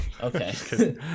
Okay